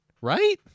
Right